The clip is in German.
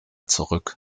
zurück